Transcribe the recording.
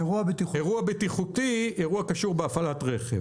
אירוע בטיחותי הוא אירוע הקשור בהפעלת רכב.